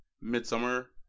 Midsummer